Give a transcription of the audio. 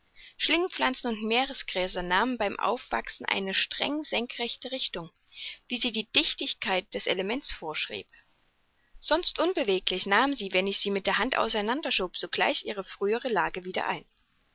schlingpflanzen und meergräser nahmen beim aufwachsen eine streng senkrechte richtung wie sie die dichtigkeit des elementes vorschrieb sonst unbeweglich nahmen sie wenn ich sie mit der hand auseinanderschob sogleich ihre frühere lage wieder ein